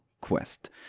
quest